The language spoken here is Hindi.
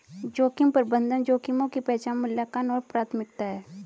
जोखिम प्रबंधन जोखिमों की पहचान मूल्यांकन और प्राथमिकता है